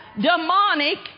demonic